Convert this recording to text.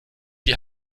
die